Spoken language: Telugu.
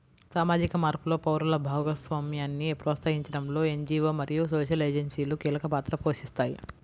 సామాజిక మార్పులో పౌరుల భాగస్వామ్యాన్ని ప్రోత్సహించడంలో ఎన్.జీ.వో మరియు సోషల్ ఏజెన్సీలు కీలక పాత్ర పోషిస్తాయి